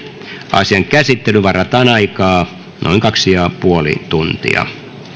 asian käsittelyyn varataan aikaa noin kaksi ja puoli tuntia